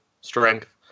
strength